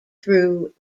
through